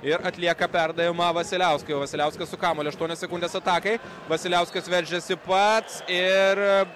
ir atlieka perdavimą vasiliauskui vasiliauskas su kamuoliu aštuonios sekundės atakai vasiliauskas veržiasi pats ir